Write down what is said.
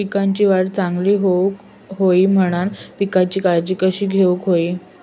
पिकाची वाढ चांगली होऊक होई म्हणान पिकाची काळजी कशी घेऊक होई?